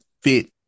fit